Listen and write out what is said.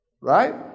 Right